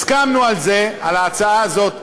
הסכמנו על זה, על ההצעה הזו,